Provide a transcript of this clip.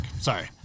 Sorry